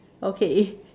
okay